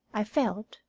i felt.